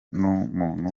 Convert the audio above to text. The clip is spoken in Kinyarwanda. n’umuntu